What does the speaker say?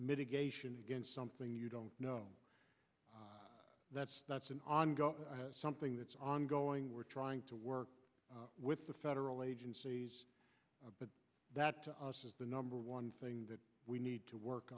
mitigation against something you don't know that's that's an ongoing something that's ongoing we're trying to work with the federal agencies but that to us is the number one thing that we need to work